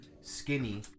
skinny